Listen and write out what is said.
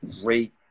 great